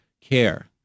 care